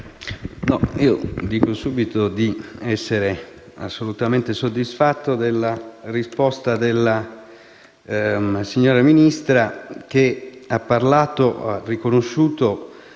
dico subito di essere assolutamente soddisfatto della risposta della signora Ministra, che ha riconosciuto